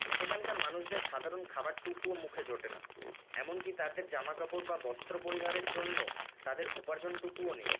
সেখানকার মানুষদের সাধারণ খাবারটুকুও মুখে জোটে না এমনকি তাদের জামা কাপড় বা বস্ত্র পরিধানের জন্য তাদের উপার্জনটুকুও নেই